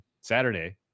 Saturday